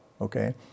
Okay